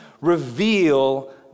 reveal